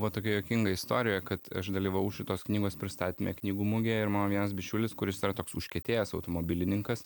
buvo tokia juokinga istorija kad aš dalyvavau šitos knygos pristatyme knygų mugėje ir mano vienas bičiulis kuris yra toks užkietėjęs automobilininkas